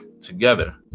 together